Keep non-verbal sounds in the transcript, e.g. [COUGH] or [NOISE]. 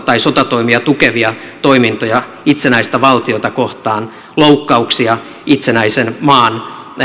[UNINTELLIGIBLE] tai sotatoimia tukevia toimintoja itsenäistä valtiota kohtaan loukkauksia itsenäisen maan